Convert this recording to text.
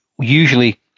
usually